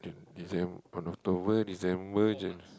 De~ Decem~ on October December Janua~